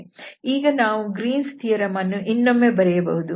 ಈಗ ನಾವು Green's theorem Green's theorem ಅನ್ನು ಇನ್ನೊಮ್ಮೆ ಬರೆಯಬಹುದು